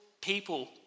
people